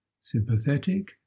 sympathetic